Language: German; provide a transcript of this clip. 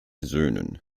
söhnen